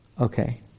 Okay